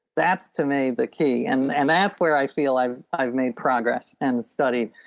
that's to me the key and and that's where i feel i've i've made progress and studied